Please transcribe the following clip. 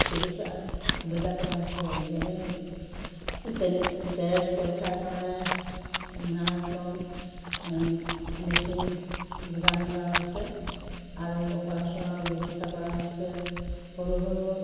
চিকিৎসাৰ সুবিধা কৰা হৈছে যেনে তেজ পৰীক্ষাৰ কাৰণে নানাৰকম মেচিন যোগান ধৰা হৈছে আৰু অপাৰেশ্যনৰ ব্যৱস্থা কৰা হৈছে সৰু সৰু